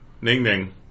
Ning-ning